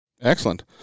Excellent